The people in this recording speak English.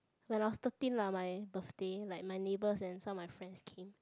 when I was thirteen lah my birthday like my neighbours and some of my friends came